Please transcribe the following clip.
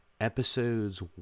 Episodes